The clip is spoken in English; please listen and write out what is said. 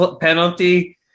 penalty